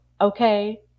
Okay